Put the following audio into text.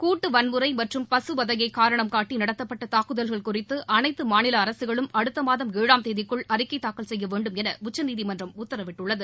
கூட்டு வன்முறை மற்றும் பசுவதையை காரணம் காட்டி நடத்தப்பட்ட தாக்குதல்கள் குறித்து அனைத்து மாநில அரசுகளும் அடுத்த மாதம் ஏழாம் தேதிக்குள் அறிக்கை தாக்கல் செய்ய வேண்டும் என உச்சநீதிமன்றம் உத்தரவிட்டுள்ளது